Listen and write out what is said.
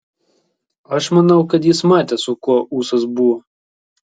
aš manau kad jis matė su kuo ūsas buvo